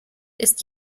ist